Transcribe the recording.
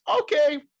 okay